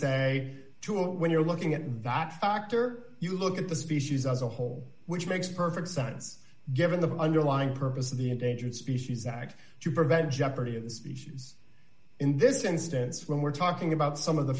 say to it when you're looking at that factor you look at the species as a whole which makes perfect sense given the underlying purpose of the endangered species act to prevent jeopardy of the species in this instance when we're talking about some of the